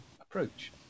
approach